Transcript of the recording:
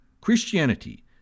Christianity